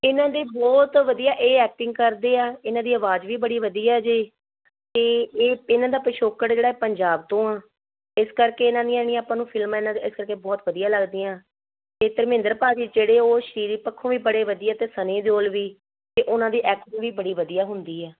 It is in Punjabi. ਇਹਨਾ ਦੇ ਬਹੁਤ ਵਧੀਆ ਇਹ ਐਕਟਿੰਗ ਕਰਦੇ ਆ ਇਹਨਾਂ ਦੀ ਅਵਾਜ਼ ਵੀ ਬੜੀ ਵਧੀਆ ਜੇ ਅਤੇ ਇਹ ਇਹਨਾਂ ਦਾ ਪਿਛੋਕੜ ਜਿਹੜਾ ਹੈ ਪੰਜਾਬ ਤੋਂ ਆ ਇਸ ਕਰਕੇ ਇਹਨਾਂ ਦੀਆਂ ਜਿਹੜੀਆਂ ਆਪਾ ਨੂੰ ਫਿਲਮਾਂ ਇਹਨਾਂ ਦੇ ਇਸ ਕਰਕੇ ਬਹੁਤ ਵਧੀਆ ਲੱਗਦੀਆਂ ਅਤੇ ਧਰਮਿੰਦਰ ਭਾਜੀ ਜਿਹੜੇ ਉਹ ਸਰੀਰਿਕ ਪੱਖੋਂ ਵੀ ਬੜੇ ਵਧੀਆ ਅਤੇ ਸਨੀ ਦਿਓਲ ਵੀ ਅਤੇ ਉਹਨਾਂ ਦੀ ਐਕਟਿੰਗ ਵੀ ਬੜੀ ਵਧੀਆ ਹੁੰਦੀ ਹੈ